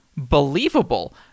Believable